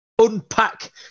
Unpack